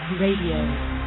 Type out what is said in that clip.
Radio